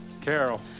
Carol